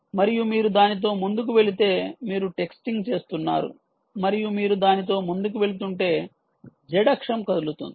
మరియు మీరు దానితో ముందుకు వెళితే మీరు టెక్స్టింగ్ చేస్తున్నారు మరియు మీరు దానితో ముందుకు వెళుతుంటే z అక్షం కదులుతుంది